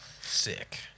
Sick